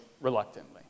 reluctantly